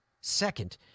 second